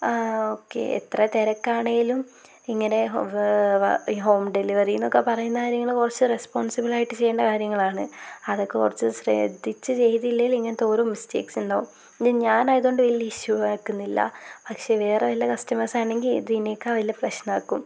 ആ ഓക്കെ എത്ര തിരക്കാണേലും ഇങ്ങനെ ഹോം ഡെലിവറിന്നൊക്കെ പറയുന്ന കാര്യങ്ങള് കുറച്ച് റസ്പോണ്സിബിള് ആയി ചെയ്യേണ്ട കാര്യങ്ങള് ആണ് അതൊക്കെ കുറച്ച് ശ്രദ്ധിച്ചു ചെയ്തില്ലേൽ ഇങ്ങനത്തെ ഓരോ മിസ്റ്റേക്സ് ഉണ്ടാവും ഇത് ഞാന് ആയതുകൊണ്ട് വലിയ ഇഷ്യൂ ആക്കുന്നില്ല പക്ഷേ വേറെ വല്ല കസ്റ്റമേഴ്സ് ആണെങ്കില് ഇതിനേക്കാള് വലിയ പ്രശ്നമാക്കും